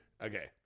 Okay